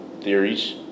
theories